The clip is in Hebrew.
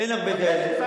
אין הרבה כאלה.